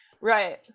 right